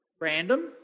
random